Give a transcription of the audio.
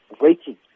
waiting